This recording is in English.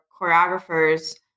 choreographers